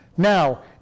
Now